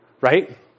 right